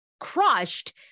crushed